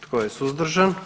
Tko je suzdržan?